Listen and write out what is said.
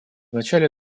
начале